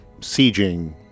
sieging